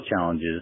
challenges